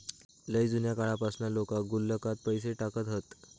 लय जुन्या काळापासना लोका गुल्लकात पैसे टाकत हत